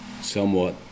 somewhat